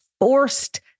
forced